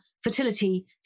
fertility